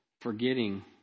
forgetting